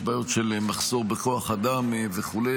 יש בעיות של מחסור בכוח אדם וכו'.